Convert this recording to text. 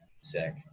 sick